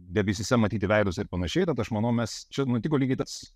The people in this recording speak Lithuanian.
debesyse matyti veidus ir pan tad aš manau mes čia nutiko lygiai tas